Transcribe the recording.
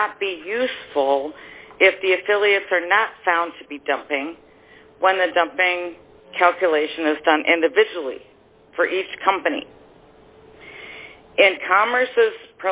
not be useful if the affiliates are not found to be dumping one and dumping calculation is done individually for each company and commerce is